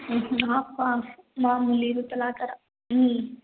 ಹ್ಞೂ ಹ್ಞೂ ಆಫ ಮಾಮೂಲಿ ಇರುತ್ತಲ್ಲ ಆ ಥರ ಹ್ಞೂ